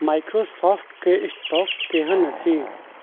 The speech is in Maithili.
माइक्रोसॉफ्टके स्टॉक केहन अछि